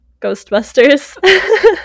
Ghostbusters